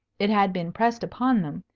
it had been pressed upon them,